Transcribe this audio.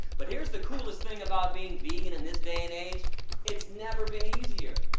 but here's the coolest thing about being vegan in this day in age it's never been easier!